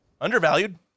undervalued